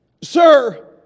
sir